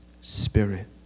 Spirit